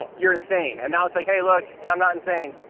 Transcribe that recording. you're insane, and now it's like, hey look, i'm not insane.